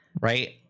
Right